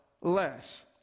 less